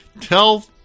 tell